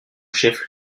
chef